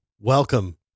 Welcome